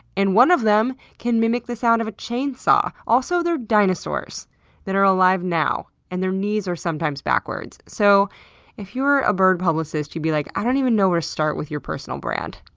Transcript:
and one of them can mimic the sound of a chainsaw. also, they're dinosaurs that are alive now and their knees are sometimes backwards. so if you were a bird publicist, you'd be like, i don't even know where to start with your personal brand.